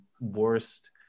worst